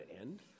end